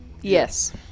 Yes